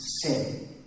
sin